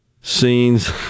scenes